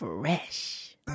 Fresh